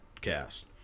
cast